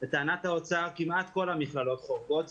לטענת האוצר כמעט כל המכללות חורגות.